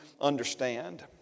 understand